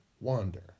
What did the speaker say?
wander